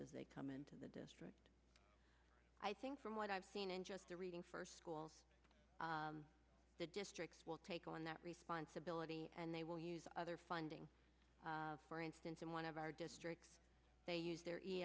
as they come into the district i think from what i've seen in just the reading first school districts will take on that responsibility and they will use their funding for instance in one of our districts they use their